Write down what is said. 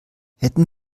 hätten